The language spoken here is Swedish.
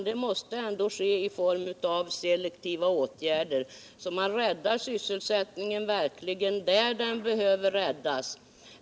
Det är selektiva åtgärder som behövs för att sysselsättningen skall kunna räddas.